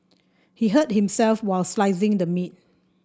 he hurt himself while slicing the meat